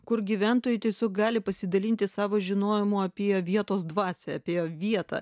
kur gyventojai tiesiog gali pasidalinti savo žinojimu apie vietos dvasią apie vietą